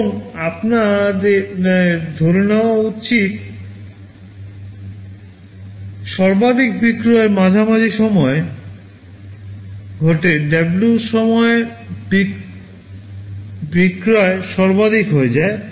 এবং আমাদের ধরে নেওয়া যাক সর্বাধিক বিক্রয় এর মাঝামাঝি সময়ে ঘটে W সময়ে বিক্রয় সর্বাধিক হয়ে যায়